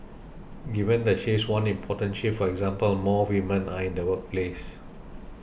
given the shifts one important shift for example more women are in the workforce